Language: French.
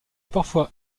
parfois